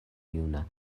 juna